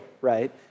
right